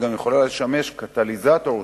היא גם יכולה לשמש קטליזטור טוב,